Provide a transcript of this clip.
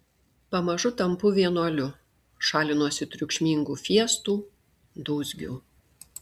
pamažu tampu vienuoliu šalinuosi triukšmingų fiestų dūzgių